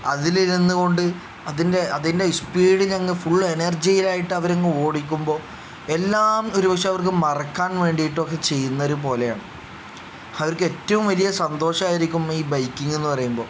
അതിൽ ഇരുന്ന് കൊണ്ട് അതിൻ്റെ അതിൻ്റെ സ്പീഡിൽ അങ്ങ് ഫുൾ എനർജിയിൽ ആയിട്ട് അവർ അങ്ങ് ഓടിക്കുമ്പോൾ എല്ലാം ഒരു പക്ഷേ അവർക്ക് മറക്കാൻ വേണ്ടിയിട്ടൊക്കെ ചെയ്യുന്നത് പോലെയാണ് അവർക്ക് ഏറ്റവും വലിയ സന്തോഷമായിരിക്കും ഈ ബൈക്കിങ് എന്ന് പറയുമ്പോൾ